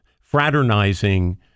fraternizing